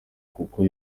kuko